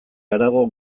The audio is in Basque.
harago